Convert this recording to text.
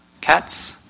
Cats